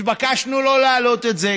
התבקשנו שלא להעלות את זה,